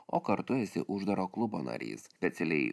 o kartu esi uždaro klubo narys specialiai